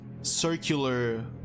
circular